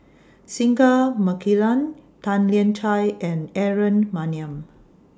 Singai Mukilan Tan Lian Chye and Aaron Maniam